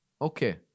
okay